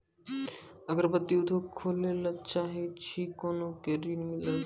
अगरबत्ती उद्योग खोले ला चाहे छी कोना के ऋण मिलत?